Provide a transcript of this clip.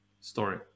story